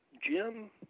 Jim